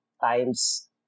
times